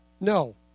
No